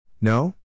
No